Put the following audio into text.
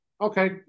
okay